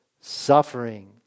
suffering